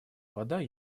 вода